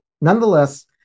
Nonetheless